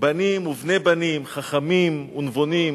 בנים ובני בנים חכמים ונבונים,